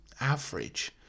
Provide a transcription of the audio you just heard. average